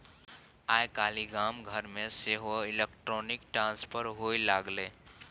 आय काल्हि गाम घरमे सेहो इलेक्ट्रॉनिक ट्रांसफर होए लागलै